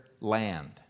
land